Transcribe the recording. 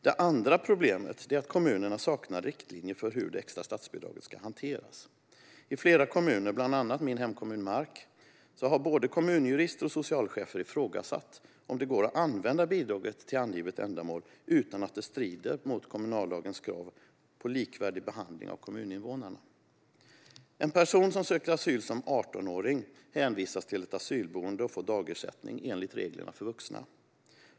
Det andra problemet är att kommunerna saknar riktlinjer för hur det extra statsbidraget ska hanteras. I flera kommuner, bland annat min hemkommun Mark, har både kommunjurister och socialchefer ifrågasatt om det går att använda bidraget till angivet ändamål utan att det strider mot kommunallagens krav på likvärdig behandling av kommuninvånarna. En person som söker asyl som 18-åring hänvisas till ett asylboende och får dagersättning enligt reglerna för vuxna.